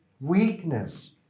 weakness